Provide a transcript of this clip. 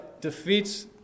defeats